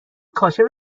کاشف